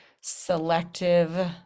selective